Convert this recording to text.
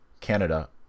Canada